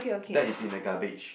that is in a garbage